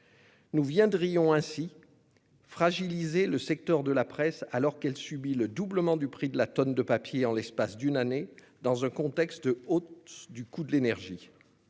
Nous viendrions ainsi fragiliser le secteur de la presse alors qu'il vient déjà de subir le doublement du prix de la tonne de papier en l'espace d'une année dans un contexte de hausse du coût de l'énergie.